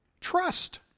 Trust